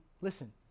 listen